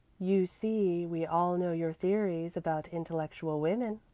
you see we all know your theories about intellectual women,